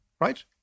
right